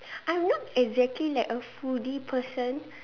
I won't exactly like a foodie person